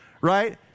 right